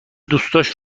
دوستاش